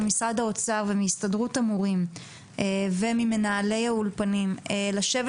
משרד האוצר ומהסתדרות המורים וממנהלי האולפנים לשבת